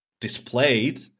displayed